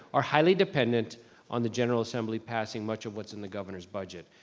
are highly dependent on the general assembly passing much of what's in the governor's budget.